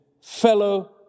fellow